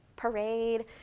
parade